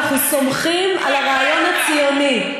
אנחנו סומכים על הרעיון הציוני.